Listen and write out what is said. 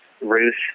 Ruth